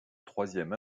troisième